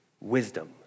wisdom